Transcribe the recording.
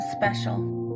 special